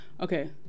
Okay